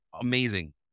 amazing